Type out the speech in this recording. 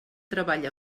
treball